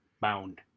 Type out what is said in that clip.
Bound